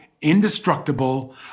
indestructible